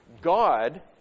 God